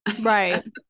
Right